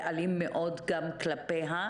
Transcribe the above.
ואלים מאוד גם כלפיה.